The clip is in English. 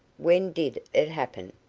when did it happen?